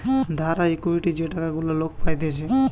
ধার আর ইকুইটি যে টাকা গুলা লোক পাইতেছে